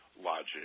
logic